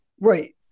right